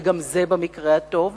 וגם זה רק במקרה הטוב,